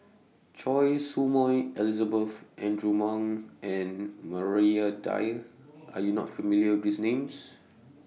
Choy Su Moi Elizabeth Andrew Ang and Maria Dyer Are YOU not familiar with These Names